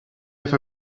have